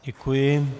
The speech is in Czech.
Děkuji.